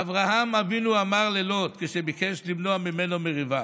אברהם אבינו אמר ללוט כשביקש למנוע ממנו מריבה: